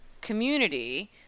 community